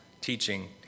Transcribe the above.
teaching